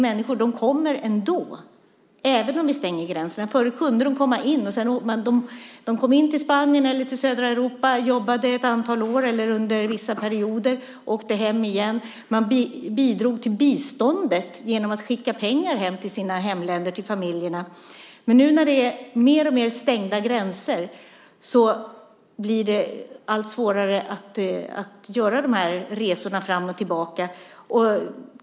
Människor kommer även om man stänger gränserna. Förut kunde de komma in i Spanien eller andra länder i södra Europa. De jobbade ett antal år eller under vissa perioder och åkte sedan hem igen. De bidrog till biståndet genom att skicka pengar till sina familjer i hemländerna. Men nu när det är mer och mer stängda gränser blir det allt svårare att göra de resorna fram och tillbaka.